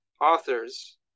authors